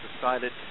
decided